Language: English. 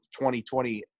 2020